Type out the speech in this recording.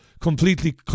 completely